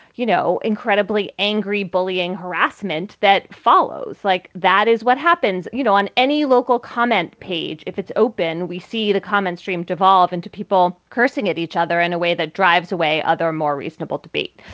you know, incredibly angry bullying, harassment that follows. like that is what happens, you know, on any local comment page. if it's open, we see the common stream devolve into people cursing at each other in a way that drives away other, more reasonable debate.